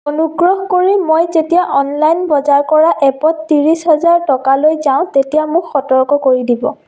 অনুগ্ৰহ কৰি মই যেতিয়া অনলাইন বজাৰ কৰা এপত ত্ৰিছ হেজাৰ টকা লৈ যাওঁ তেতিয়া মোক সতৰ্ক কৰি দিব